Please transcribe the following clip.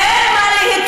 אל תצעקי, אני אענה לך.